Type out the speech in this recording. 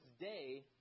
Day